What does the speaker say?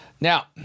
now